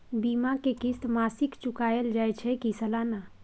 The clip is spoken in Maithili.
बीमा के किस्त मासिक चुकायल जाए छै की सालाना?